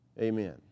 amen